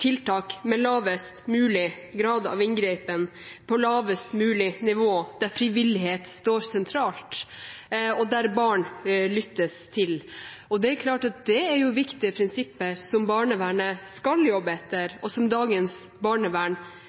tiltak med lavest mulig grad av inngripen, på lavest mulig nivå, der frivillighet står sentralt, og der barn lyttes til. Det er viktige prinsipper som barnevernet skal jobbe etter, og som dagens barnevern